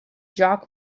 jock